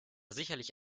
sicherlich